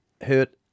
hurt